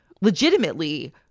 legitimately